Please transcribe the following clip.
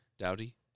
Dowdy